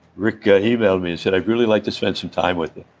rick emailed me and said i'd really like to spend some time with